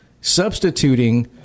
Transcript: substituting